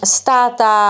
stata